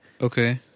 Okay